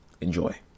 Enjoy